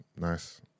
nice